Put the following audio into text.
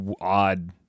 odd